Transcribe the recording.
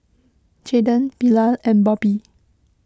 Jaden Bilal and Bobbie